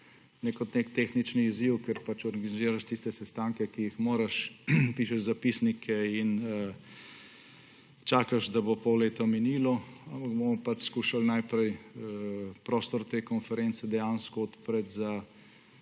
ne kot nek tehnični izziv, kjer organiziraš tiste sestanke, ki jih moraš, pišeš zapisnike in čakaš, da bo pol leta minilo, ampak bomo skušali najprej prostor te konference dejansko odpreti za